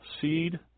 seed